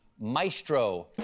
Maestro